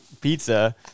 pizza